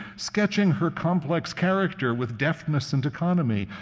sketching her complex character with deftness and economy.